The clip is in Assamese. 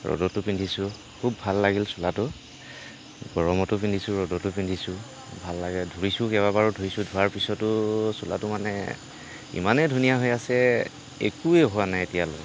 ৰ'দটো পিন্ধিছোঁ খুব ভাল লাগিল চোলাটো গৰমটো পিন্ধিছোঁ ৰ'দতো পিন্ধিছোঁ ভাল লাগে ধুইছোঁ কেইবাবাৰো ধুইছোঁ ধোৱাৰ পিছতো চোলাটো মানে ইমানেই ধুনীয়া হৈ আছে একোৱেই হোৱা নাই এতিয়ালৈ